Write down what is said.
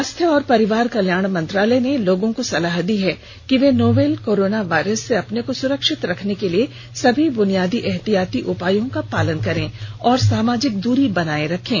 स्वास्थ्य और परिवार कल्याण मंत्रालय ने लोगों को सलाह दी है कि वे नोवल कोरोना वायरस से अपने को सुरक्षित रखने के लिए सभी ब्रुनियादी एहतियाती उपायों का पालन करें और सामाजिक दूरी बनाए रखें